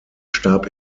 starb